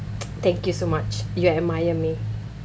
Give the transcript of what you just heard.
thank you so much you admire me